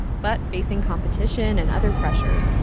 but facing competition and other pressures,